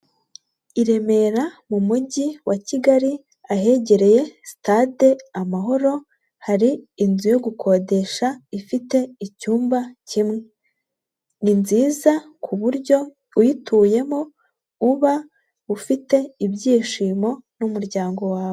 I Remera mu Mujyi wa Kigali ahegereye sitade Amahoro, hari inzu yo gukodesha ifite icyumba kimwe, ni nziza ku buryo uyituyemo uba ufite ibyishimo n'umuryango wawe.